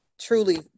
truly